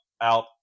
out